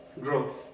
growth